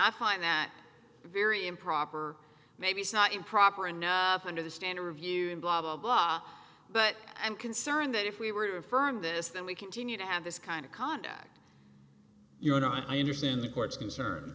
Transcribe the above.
i find that very improper maybe not improper enough under the standard review blah blah blah but i'm concerned that if we were firm this then we continue to have this kind of contact you know i understand the court's concern